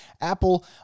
apple